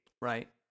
Right